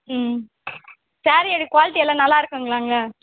ம் சாரீயோடய குவாலிட்டி எல்லாம் நல்லா இருக்குதுங்களாங்க